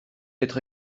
être